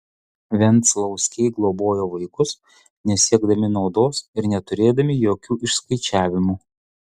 venclauskiai globojo vaikus nesiekdami naudos ir neturėdami jokių išskaičiavimų